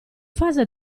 fase